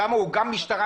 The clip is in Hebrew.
שם הוא גם משטרה.